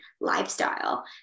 lifestyle